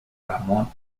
ramón